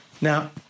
Now